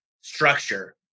structure